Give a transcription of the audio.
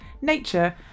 nature